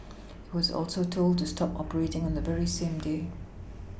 it was also told to stop operating on the very same day